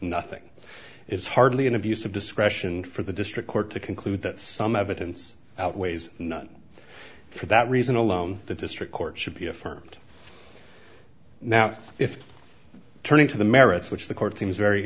nothing is hardly an abuse of discretion for the district court to conclude that some evidence outweighs none for that reason alone the district court should be affirmed now if turning to the merits which the court seems very